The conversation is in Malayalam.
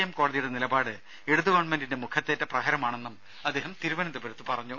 എം കോടതിയുടെ നിലപാട് ഇടതു ഗവൺമെന്റിന്റെ മുഖത്തേറ്റ പ്രഹരമാണെന്നും അദ്ദേഹം തിരുവന്തപുരത്ത് പറഞ്ഞു